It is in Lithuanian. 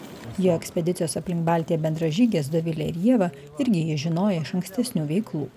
į ekspedicijos aplink baltiją bendražygės dovilė ir ieva irgi jie žinoję iš ankstesnių veiklų